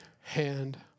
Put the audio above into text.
hand